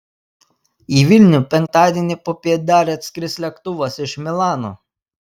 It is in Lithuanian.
į vilnių penktadienį popiet dar atskris lėktuvas iš milano